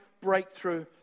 breakthrough